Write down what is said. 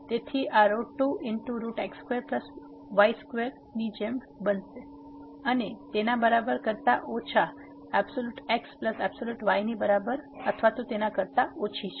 તેથી આ 2x2y2 ની જેમ બનશે અને તેના બરાબર કરતા ઓછા | x || y | ની બરાબર કરતા ઓછી છે